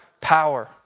power